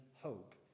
hope